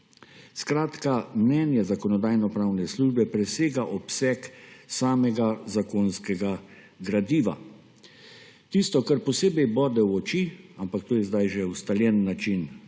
Skratka, mnenje Zakonodajno-pravne službe presega obseg samega zakonskega gradiva. Tisto, kar posebej bode v oči, ampak to je zdaj že ustaljen način dela